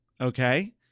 okay